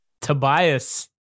Tobias